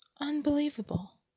Unbelievable